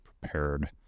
prepared